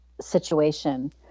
situation